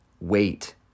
wait